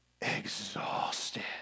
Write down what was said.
exhausted